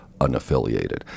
unaffiliated